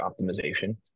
optimization